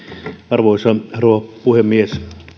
arvoisa rouva puhemies